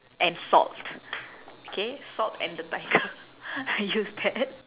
and salt K salt and the tiger I use that